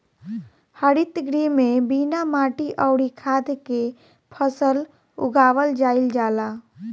हरित गृह में बिना माटी अउरी खाद के फसल उगावल जाईल जाला